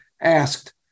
asked